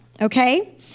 Okay